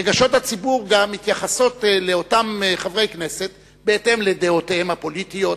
רגשות הציבור גם מתייחסים לאותם חברי כנסת בהתאם לדעותיהם הפוליטיות,